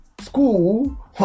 school